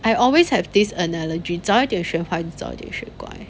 I always have this analogy 早一点学坏就早一点学乖